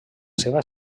seva